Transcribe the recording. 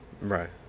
right